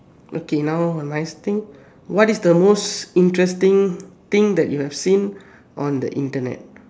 okay now a nice thing what is the most interesting thing that you've seen on the Internet